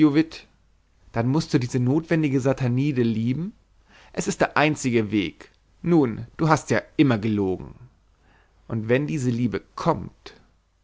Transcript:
dann mußt du diese notwendige satanide lieben es ist der einzige weg nun du hast ja immer gelogen und wenn diese liebe kommt